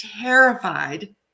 terrified